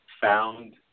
found